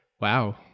Wow